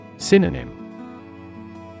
Synonym